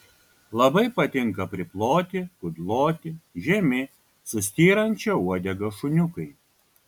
labai patinka priploti kudloti žemi su styrančia uodega šuniukai